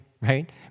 right